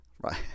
right